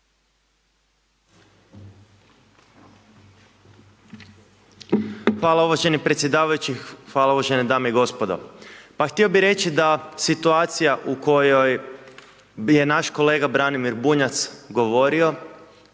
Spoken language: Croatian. Hvala uvaženi predsjedavajući, hvala uvažene dame i gospodo. Pa htio bi reći da, situacija u kojoj je naš kolega Branimir Bunjac govorio